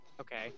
Okay